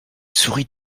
sourit